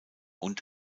und